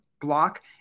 block